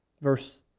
Verse